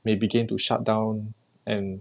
may begin to shut down and